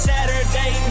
Saturday